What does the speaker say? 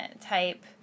type